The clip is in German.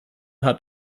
hat